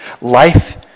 life